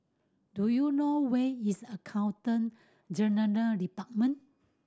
do you know where is Accountant Department